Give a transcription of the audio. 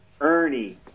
Ernie